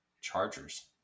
Chargers